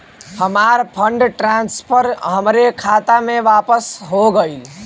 हमार fund transfer हमरे खाता मे वापस हो गईल